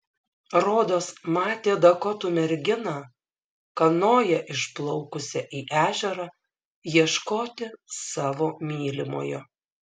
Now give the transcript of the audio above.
rodos matė dakotų merginą kanoja išplaukusią į ežerą ieškoti savo mylimojo